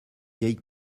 vieille